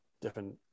different